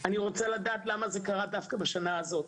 אני רוצה לדעת למה זה קר דווקא בשנה הזאת?